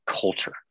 culture